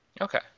Okay